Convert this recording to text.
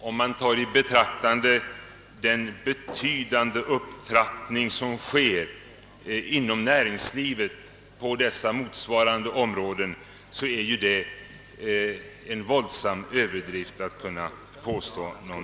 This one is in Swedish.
Om man tar i betraktande den betydande upptrappning som sker inom näringslivet på motsvarande områden, är det en våldsam överdrift att göra ett sådant påstående.